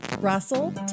Russell